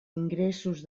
ingressos